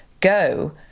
go